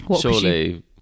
Surely